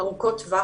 ארוכות טווח.